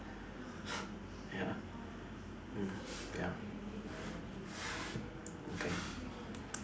ya mm ya okay